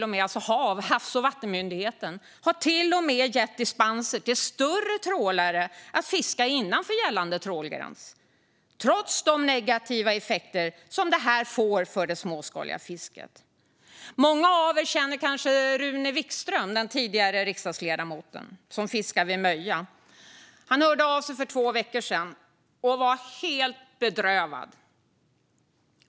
HaV, Havs och vattenmyndigheten, har till och med gett dispenser till större trålare att fiska innanför gällande trålgräns, trots de negativa effekter detta får för det småskaliga fisket. Många av er känner kanske den tidigare riksdagsledamoten Rune Wikström, som fiskar vid Möja. Han hörde av sig för två veckor sedan och var helt bedrövad.